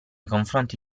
confronti